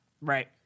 Right